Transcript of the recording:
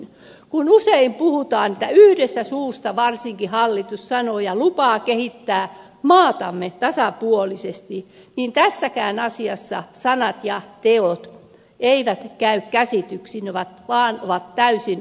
kun usein puhutaan yhdestä suusta varsinkin hallitus sanoo ja lupaa kehittää maatamme tasapuolisesti niin tässäkään asiassa sanat ja teot eivät käy käsitysten vaan ovat täysin ristiriitaisia